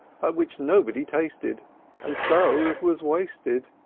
but which nobody tasted and so it was wasted.